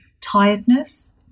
Tiredness